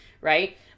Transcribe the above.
right